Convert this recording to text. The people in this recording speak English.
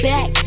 Back